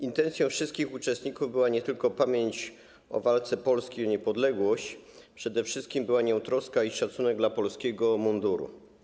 Intencją wszystkich uczestników była nie tylko pamięć o walce Polski o niepodległość, ale przede wszystkim była nią troska i szacunek dla polskiego munduru.